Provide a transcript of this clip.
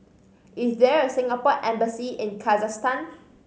is there a Singapore Embassy in Kazakhstan